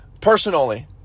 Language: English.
personally